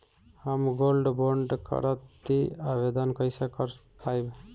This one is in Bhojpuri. हम गोल्ड बोंड करतिं आवेदन कइसे कर पाइब?